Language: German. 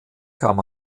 kam